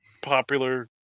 popular